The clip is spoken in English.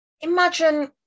Imagine